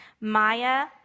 Maya